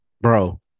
bro